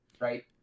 right